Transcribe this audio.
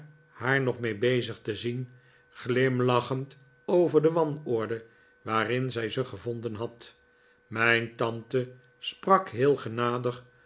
haar nog mee bezig te zien glimlachend over de wanorde waarin zij ze gevonden had mijn tante sprak heel genadig